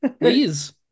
Please